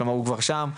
כלומר הוא כבר שם,